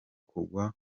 kugwa